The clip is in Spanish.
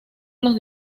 los